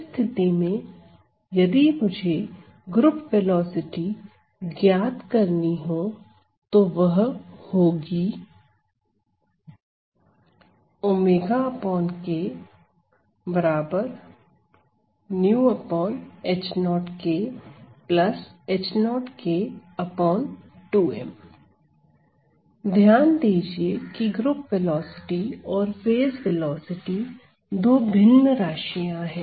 इस स्थिति में यदि मुझे ग्रुप वेलोसिटी ज्ञात करनी हो तो वह होगी ध्यान दीजिए कि ग्रुप वेलोसिटी और फेज वेलोसिटी दो भिन्न राशियां है